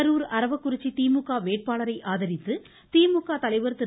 கரூர் அரவக்குறிச்சி திமுக வேட்பாளரை ஆதரித்து திமுக தலைவர் திரு